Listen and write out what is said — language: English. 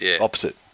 opposite